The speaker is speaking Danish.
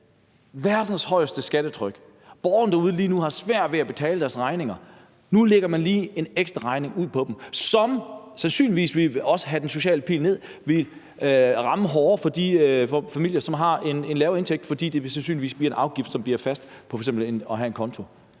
verdens højeste skattetryk. Borgerne derude har lige nu svært ved at betale deres regninger. Nu lægger man lige en ekstra regning ud til dem, som sandsynligvis også vil have den sociale pil til at pege nedad, vil ramme hårdere i de familier, som har lavere indtægt, fordi det sandsynligvis vil blive ved en afgift, som bliver fast, på f.eks. at have en konto.